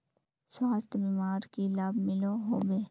स्वास्थ्य बीमार की की लाभ मिलोहो होबे?